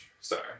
Sorry